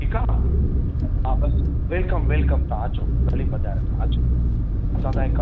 ठीक आ हा बसि वेलकम वेलकम तां अचो भले पधारियो तां अचो असां तांए कमु